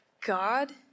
God